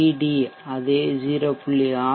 D அதே 0